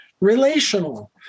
relational